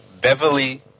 Beverly